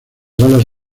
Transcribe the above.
alas